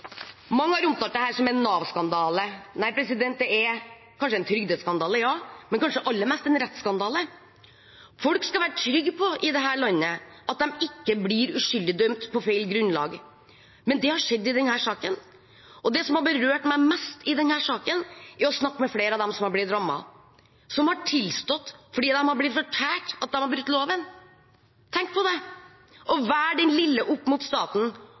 Mange har omtalt dette som en Nav-skandale. Ja, det er kanskje en trygdeskandale, men kanskje aller mest en rettsskandale. Folk i dette landet skal være trygge på at de ikke blir uskyldig dømt, dømt på feil grunnlag, men det har skjedd i denne saken. Det som har berørt meg mest i denne saken, er å snakke med flere av dem som har blitt rammet, som har tilstått fordi de har blitt fortalt at de har brutt loven. Tenk på det, å være den lille opp mot staten